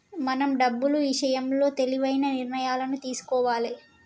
మనం డబ్బులు ఇషయంలో తెలివైన నిర్ణయాలను తీసుకోవాలే